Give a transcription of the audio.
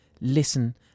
listen